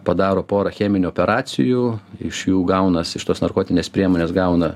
padaro porą cheminių operacijų iš jų gaunas iš tos narkotinės priemonės gauna